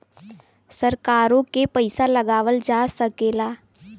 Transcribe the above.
सरकारों के पइसा लगावल जा सकेला